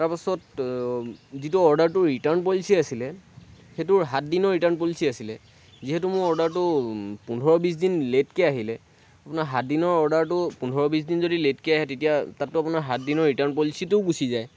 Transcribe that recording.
তাৰ পাছত যিটো অৰ্ডাৰটোৰ ৰিটাৰ্ণ পলিচি আছিলে সেইটোৰ সাতদিনৰ ৰিটাৰ্ণ পলিচি আছিলে যিহেতু মোৰ অৰ্ডাৰটো পোন্ধৰ বিশ দিন লেটকৈ আহিলে আপোনাৰ সাতদিনৰ অৰ্ডাৰটো পোন্ধৰ বিশ দিন যদি লেটকৈ আহে তেতিয়া তাততো আপোনাৰ সাতদিনৰ ৰিটাৰ্ণ পলিচিটোও গুচি যায়